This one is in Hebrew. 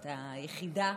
את היחידה,